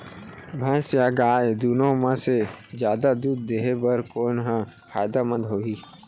भैंस या गाय दुनो म से जादा दूध देहे बर कोन ह फायदामंद होही?